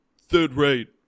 third-rate